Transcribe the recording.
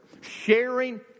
Sharing